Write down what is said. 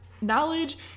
knowledge